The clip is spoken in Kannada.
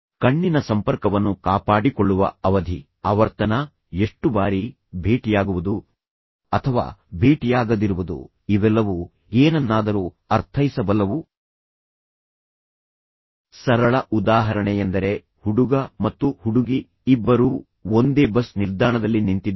ಕಣ್ಣಿನ ಸಂಪರ್ಕವನ್ನು ಕಾಪಾಡಿಕೊಳ್ಳುವ ಅವಧಿ ಆವರ್ತನ ಎಷ್ಟು ಬಾರಿ ಭೇಟಿಯಾಗುವುದು ಅಥವಾ ಭೇಟಿಯಾಗದಿರುವುದು ಇವೆಲ್ಲವೂ ಏನನ್ನಾದರೂ ಅರ್ಥೈಸಬಲ್ಲವು ಸರಳ ಉದಾಹರಣೆಯೆಂದರೆ ಹುಡುಗ ಮತ್ತು ಹುಡುಗಿ ಇಬ್ಬರೂ ಒಂದೇ ಬಸ್ ನಿಲ್ದಾಣದಲ್ಲಿ ನಿಂತಿದ್ದಾರೆ